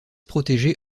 protégée